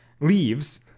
Leaves